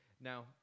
Now